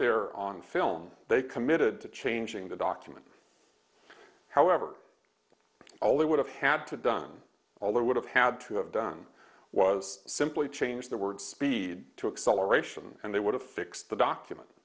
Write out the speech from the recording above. there on film they committed to changing the document however all they would have had to done all there would have had to have done was simply change the word speed to excel or ration and they would have fixed the document